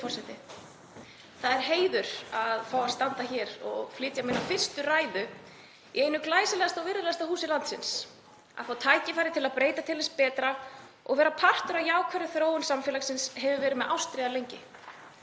Það er heiður að fá að standa hér og flytja mína fyrstu ræðu í einu glæsilegasta og virðulegasta húsið landsins. Að fá tækifæri til að breyta til hins betra og vera partur af jákvæðri þróun samfélagsins hefur verið ástríða mín lengi.